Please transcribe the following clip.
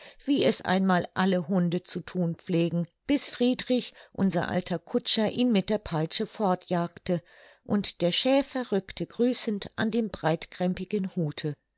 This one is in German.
wie es einmal alle hunde zu thun pflegen bis friedrich unser alter kutscher ihn mit der peitsche fortjagte und der schäfer rückte grüßend an dem breitkrämpigen hute